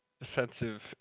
defensive